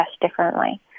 differently